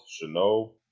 Chenault